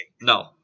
No